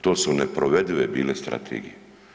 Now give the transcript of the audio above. To su neprovedive bile strategije.